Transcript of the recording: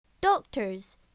Doctors